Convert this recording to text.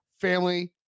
family